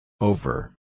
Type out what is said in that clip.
Over